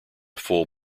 full